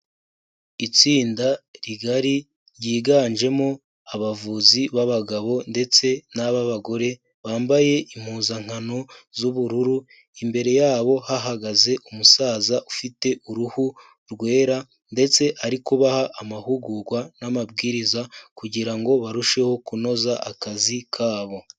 Itsinda rigari ryiganjemo abavuzi b'abagabo ndetse n'ababagore bambaye impuzankano z'ubururu, imbere yabo hahagaze umusaza ufite uruhu rwera ndetse ari kubaha amahugurwa n'amabwiriza kugira ngo barusheho kunoza akazi kabo.